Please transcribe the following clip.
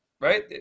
right